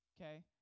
Okay